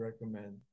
recommend